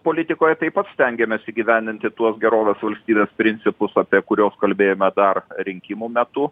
politikoje taip pat stengiamės įgyvendinti tuos gerovės valstybės principus apie kuriuos kalbėjome dar rinkimų metu